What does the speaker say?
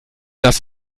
dass